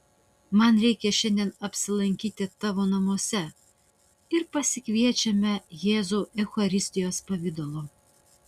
man reikia šiandien apsilankyti tavo namuose ir pasikviečiame jėzų eucharistijos pavidalu